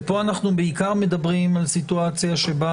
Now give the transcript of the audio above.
ופה אנחנו בעיקר מדברים על סיטואציה שבה